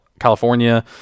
California